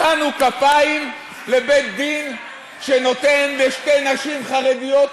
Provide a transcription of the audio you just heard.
מחאנו כפיים לבית-דין שנותן לשתי נשים חרדיות,